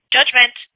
Judgment